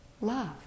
love